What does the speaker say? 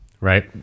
right